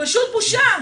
פשוט בושה.